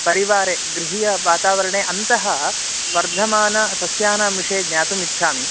परिवारे गृहीयवातावरणे अन्तः वर्धमानसस्यानां विषये ज्ञातुम् इच्छामि